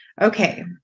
Okay